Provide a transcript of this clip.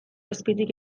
azpitik